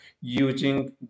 using